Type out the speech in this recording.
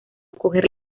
coger